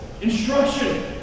instruction